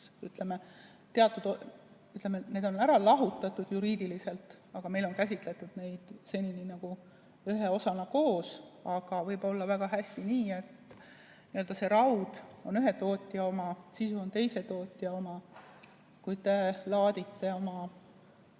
nii, et need on ära lahutatud juriidiliselt, aga meil on käsitletud neid seni nagu ühe osana koos. Aga võib olla väga vabalt nii, et see raud on ühe tootja oma ja sisu on teise tootja oma. Kui te laadite oma